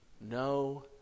No